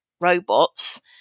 robots